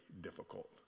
difficult